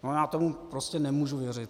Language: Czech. Já tomu prostě nemůžu věřit.